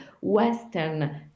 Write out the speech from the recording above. Western